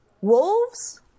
Wolves